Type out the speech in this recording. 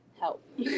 help